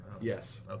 Yes